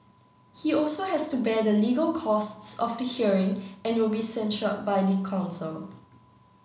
he also has to bear the legal costs of the hearing and will be censured by the council